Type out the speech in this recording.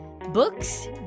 Books